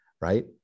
right